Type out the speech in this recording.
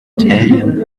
italian